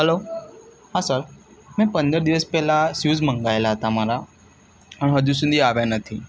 hello હા sir મેં પંદર દિવસ પહેલાં શૂઝ મંગાવેલાં હતાં મારા પણ હજુ સુધી આવ્યાં નથી